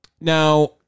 Now